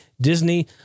Disney